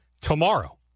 tomorrow